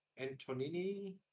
Antonini